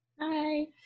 Hi